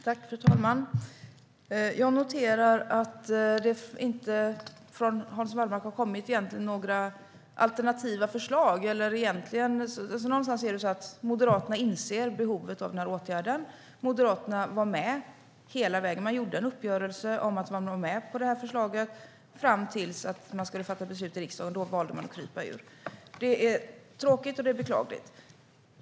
Fru talman! Jag noterar att det egentligen inte har kommit några alternativa förslag från Hans Wallmark. Någonstans är det så att Moderaterna inser behovet av den här åtgärden. Moderaterna var med hela vägen. Man gjorde en uppgörelse och var med på förslaget - fram tills att man skulle fatta beslut i riksdagen. Då valde man att krypa ur. Det är tråkigt och beklagligt.